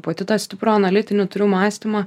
pati tą stiprų analitinį turiu mąstymą